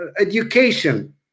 education